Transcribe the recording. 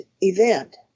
event